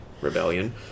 rebellion